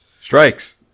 Strikes